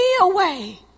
away